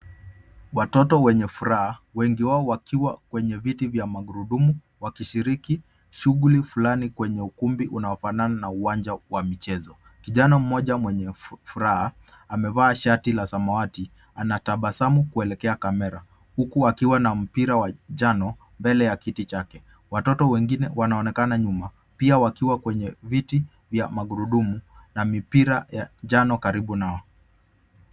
Watoto wenye furaha, wengi wao wakiwa kwenye viti vya magurudumu, wakishiriki shughuli fulani kwenye ukumbi unaofanana na uwanja wa michezo. Kijana mmoja mwenye furaha, amevaa shati la samawati, anatabasamu kuelekea kamera huku akiwa na mpira wa njano mbele ya kiti chake. Watoto wengine wanaonekana nyuma, pia wakiwa kwenye viti vya magurudumu na mpira ya kinjano karibu nao.